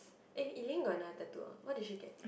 eh Elaine got another tattoo ah what did she get